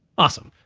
awesome,